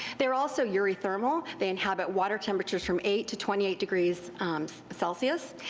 theyire also eurythermal, they inhabit water temperatures from eight to twenty eight degrees celsius,